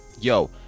Yo